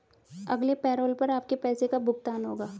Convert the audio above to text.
अगले पैरोल पर आपके पैसे का भुगतान होगा